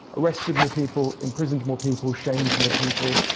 arrested more people, imprisoned more people, shamed more people,